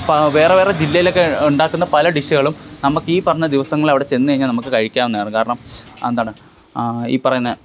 പ വേറെ വേറെ ജില്ലയിലൊക്കെ ഉണ്ടാക്കുന്ന പല ഡിഷുകളും നമുക്ക് ഈ പറഞ്ഞ ദിവസങ്ങൾ അവിടെ ചെന്നുകഴിഞ്ഞാൽ നമുക്ക് കഴിക്കാവുന്നതാണ് കാരണം എന്താണ് ഈ പറയുന്നെ